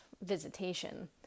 visitation